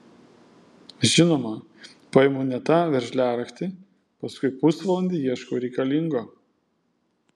žinoma paimu ne tą veržliaraktį paskui pusvalandį ieškau reikalingo